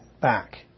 back